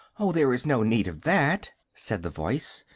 oh, there is no need of that, said the voice,